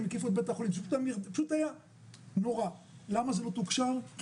כשהם כבר באמת נמצאים לא במצב היותר טוב